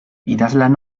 idazlan